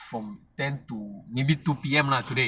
from ten to maybe two P_M lah today